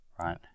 Right